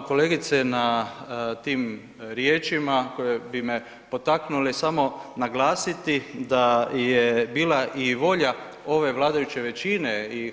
Hvala vam kolegice na tim riječima koje bi me potaknule, samo naglasiti da je bila i volja ove vladajuće većine i